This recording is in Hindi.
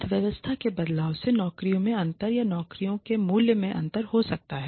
अर्थव्यवस्था में बदलाव से नौकरियों में अंतर या नौकरियों के मूल्य में अंतर हो सकता है